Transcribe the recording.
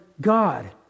God